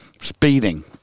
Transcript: speeding